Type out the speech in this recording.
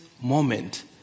moment